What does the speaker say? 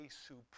supreme